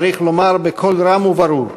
צריך לומר בקול רם וברור: